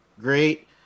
Great